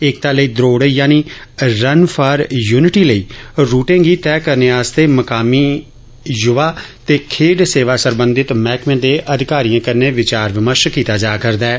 एकता लेई द्रौड़ यानि रन फार यूनिटी लेई रूटे गी तय करने आस्तै मकामी युवा ते खेड़ड सेवां सरबंधित मैहकमे दे अधिकारिएं कन्नै विचार विमर्श कीता जा'रदा ऐ